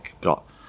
got